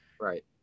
right